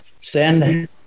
Send